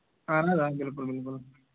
اَہَن حظ آ بِلکُل بِلکُل